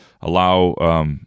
allow